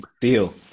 Deal